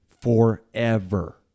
forever